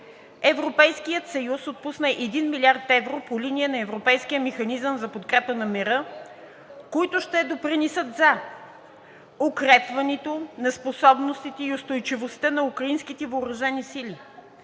Европейският съюз отпусна 1 млрд. евро по линия на Европейския механизъм за подкрепа на мира, които ще допринесат за укрепването на способностите и устойчивостта на украинските въоръжени сили